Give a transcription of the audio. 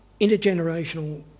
intergenerational